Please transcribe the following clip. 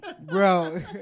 bro